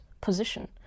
position